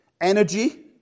Energy